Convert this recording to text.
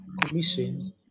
commission